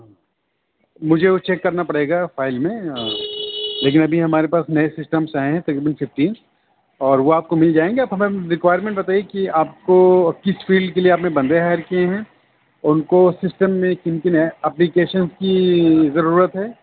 مجھے وہ چیک کرنا پڑے گا فائل میں لیکن ابھی ہمارے پاس نئے سسٹمس آئے ہيں تقريباً ففٹين اور وہ آپ كو مل جائیں گے آپ ہمیں ریکوائرمنٹ بتائیے کہ آپ کو کس فیلڈ کے لیے آپ نے بندے ہائر کیے ہیں ان کو سسٹم میں کن کن اپلیکیشنس کی ضرروت ہے